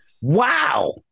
Wow